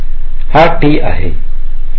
हे T आहे